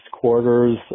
quarters